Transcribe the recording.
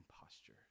posture